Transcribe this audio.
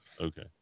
Okay